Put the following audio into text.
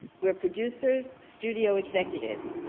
we're producers, studio executives.